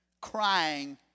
crying